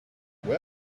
where